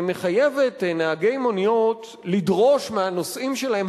שמחייבת נהגי מוניות לדרוש מהנוסעים שלהם,